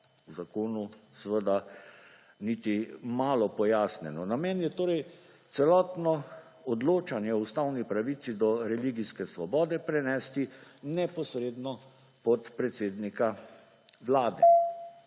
V zakonu seveda niti malo pojasnjeno. Namen je torej celotno odločanje o ustavni pravici do religijske svobode prenesti neposredno pod predsednika vlade.